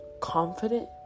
confident